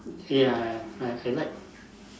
ya I I like